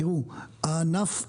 תראו, הענף הזה,